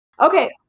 Okay